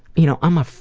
you know, i'm a